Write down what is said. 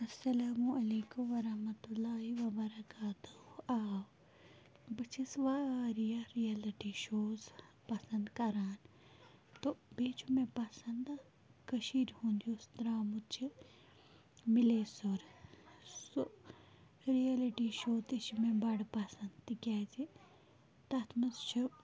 اسلام علیکُم وَرحمتُہ اللہ وَبَرکاتُہوٗ آو بہٕ چھَس واریاہ رِیَلِٹی شوز پَسَنٛد کَران تہٕ بیٚیہِ چھُ مےٚ پَسَنٛدٕ کٔشیٖرِ ہُنٛد یُس درٛامُت چھِ مِلے سُر سُہ رِیَلِٹی شو تہِ چھُ مےٚ بَڑٕ پَسَنٛد تِکیٛازِ تَتھ منٛز چھُ